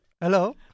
Hello